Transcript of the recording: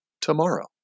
tomorrow